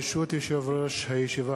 ברשות יושב-ראש הישיבה,